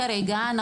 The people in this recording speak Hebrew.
כרגע.